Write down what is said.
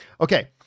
Okay